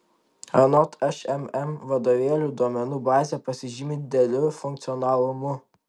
anot šmm vadovėlių duomenų bazė pasižymi dideliu funkcionalumu